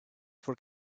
for